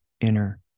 inner